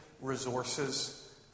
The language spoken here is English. resources